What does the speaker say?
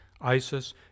Isis